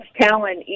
talent